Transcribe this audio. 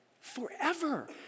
Forever